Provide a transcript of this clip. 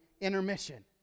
intermission